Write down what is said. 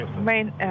Main